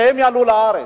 שהם יעלו לארץ.